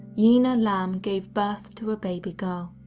yinna lam gave birth to a baby girl.